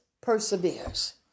perseveres